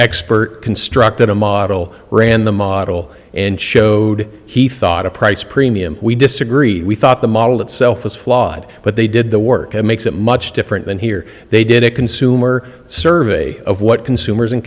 expert constructed a model ran the model and showed he thought a price premium we disagree we thought the model itself was flawed but they did the work and makes it much different than here they did a consumer survey of what consumers